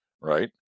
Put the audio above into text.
right